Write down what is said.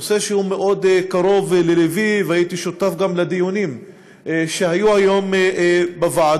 נושא שהוא מאוד קרוב ללבי והייתי שותף גם לדיונים שהיו היום בוועדות.